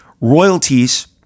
Royalties